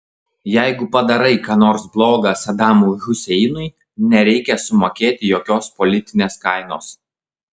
jeigu padarai ką nors bloga sadamui huseinui nereikia sumokėti jokios politinės kainos